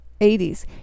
80s